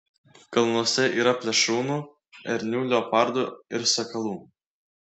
kalnuose yra plėšrūnų ernių leopardų ir sakalų